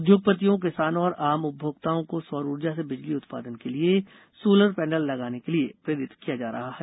उद्योगपतियों किसानों और आम उपभोक्ताओं को सौर ऊर्जा से बिजली उत्पादन के लिए सोलर पैनल लगाने के लिए प्रेरित किया जा रहा है